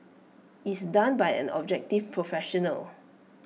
is done by an objective professional